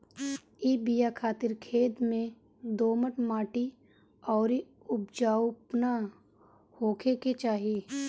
इ बिया खातिर खेत में दोमट माटी अउरी उपजाऊपना होखे के चाही